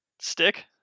Stick